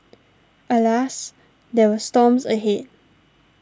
alas there were storms ahead